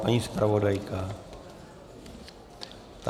Paní zpravodajka?